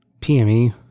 PME